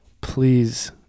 please